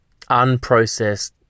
unprocessed